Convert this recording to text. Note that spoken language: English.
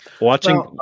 Watching